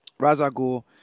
Razagul